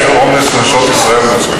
באיזה עומס נשות ישראל נמצאות.